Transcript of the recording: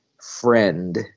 friend